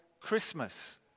Christmas